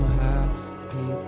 happy